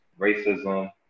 racism